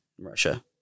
Russia